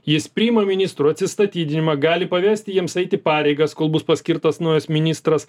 jis priima ministrų atsistatydinimą gali pavesti jiems eiti pareigas kol bus paskirtas naujas ministras